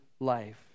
life